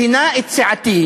כינה את סיעתי,